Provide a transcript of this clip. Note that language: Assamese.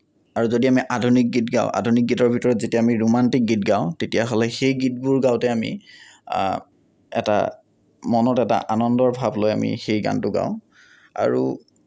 আৰু যদি আমি আধুনিক গীত গাওঁ আধুনিক গীতৰ ভিতৰত যেতিয়া আমি ৰোমান্তিক গীত গাওঁ তেতিয়াহ'লে সেই গীতবোৰ গাওতে আমি এটা মনত এটা আনন্দৰ ভাৱ লৈ আমি সেই গানটো গাওঁ আৰু